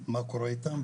אישית.